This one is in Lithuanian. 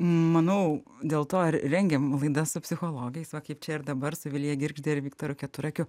manau dėl to ir rengiam laidas su psichologais va kaip čia ir dabar su vilija girgžde ir viktoru keturakiu